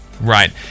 Right